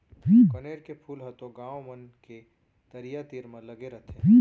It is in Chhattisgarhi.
कनेर के फूल ह तो गॉंव मन के तरिया तीर म लगे रथे